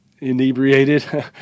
inebriated